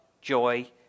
joy